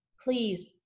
please